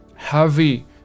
Heavy